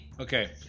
Okay